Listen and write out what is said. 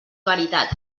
veritat